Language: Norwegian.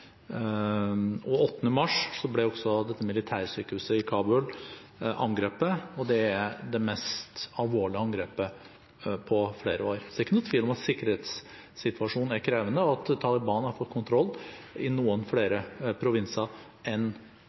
mars ble også militærsykehuset i Kabul angrepet, og det er det mest alvorlige angrepet på flere år, så det er ikke noen tvil om at sikkerhetssituasjonen er krevende, og at Taliban har fått kontroll i noen flere provinser enn